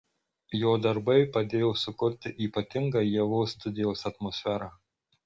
jo darbai padėjo sukurti ypatingą ievos studijos atmosferą